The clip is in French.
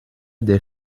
des